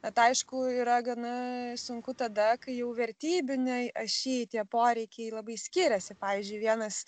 bet aišku yra gana sunku tada kai jau vertybinėj ašy tie poreikiai labai skiriasi pavyzdžiui vienas